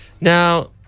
Now